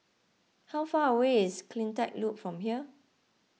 how far away is CleanTech Loop from here